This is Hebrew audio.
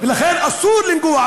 ולכן אסור לנגוע,